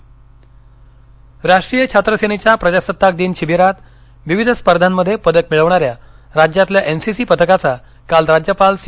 राज्यपाल राष्ट्रीय छात्र सेनेच्या प्रजासत्ताक दिन शिबिरात विविध स्पर्धामध्ये पदक मिळवणाऱ्या राज्यातील एनसीसी पथकाचा काल राज्यपाल सी